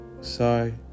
Sorry